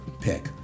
pick